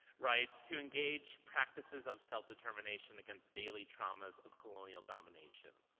writes, to engage practices of self-determination against daily traumas of colonial domination.